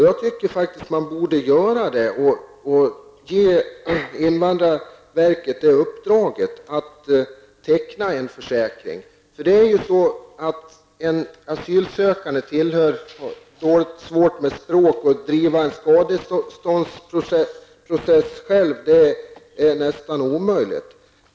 Jag tycker faktiskt att man borde ge invandrarverket i uppdrag att teckna sådan försäkring. De asylsökande har svårt med språket, och det är nästan omöjligt för dem att själva driva en skadeståndsprocess.